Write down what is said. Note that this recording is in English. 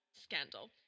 scandal